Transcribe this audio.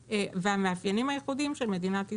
והמאפיינים הייחודיים של מדינת ישראל.